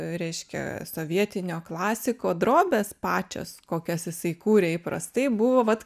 reiškia sovietinio klasiko drobės pačios kokias jisai įkūrė įprastai buvo vat